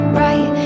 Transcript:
right